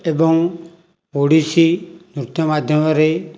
ଏବଂ ଓଡ଼ିଶୀ ନୃତ୍ୟ ମାଧ୍ୟମରେ